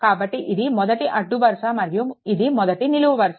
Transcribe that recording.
కాబట్టి ఇది మొదటి అడ్డు వరుస మరియు ఇది మొదటి నిలువు వరుస